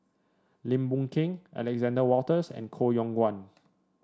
Lim Boon Keng Alexander Wolters and Koh Yong Guan